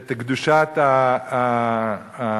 את קדושת האירוע,